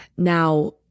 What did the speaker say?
Now